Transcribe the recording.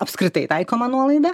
apskritai taikoma nuolaida